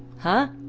huh?